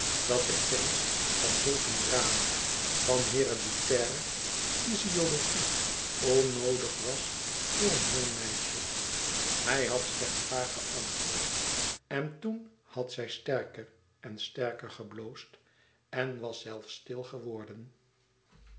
dat de kennis van zulk een drama van hereditaire fiziologie onnoodig was voor een jong meisje hij had slechts vaag geantwoord en toen had zij sterker en sterker gebloosd en was zelfs stil geworden